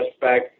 back